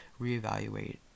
reevaluate